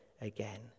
again